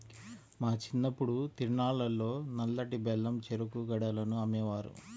మా చిన్నప్పుడు తిరునాళ్ళల్లో నల్లటి బెల్లం చెరుకు గడలను అమ్మేవారు